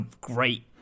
great